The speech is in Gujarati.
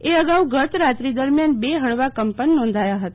એ અગાઉ ગત રાત્રી દરમિયાન બે હળવા કંપન નોંધાયા હતા